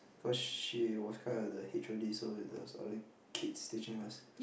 cause she was kind of the H_O_D so there was other kids teaching us